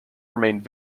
remained